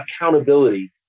accountability